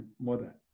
mother